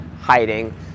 hiding